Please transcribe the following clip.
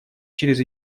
через